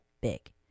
big